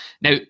Now